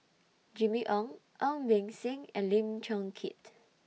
Jimmy Ong Ong Beng Seng and Lim Chong Keat